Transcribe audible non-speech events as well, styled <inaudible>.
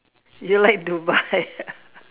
you like Dubai <noise> ah